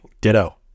ditto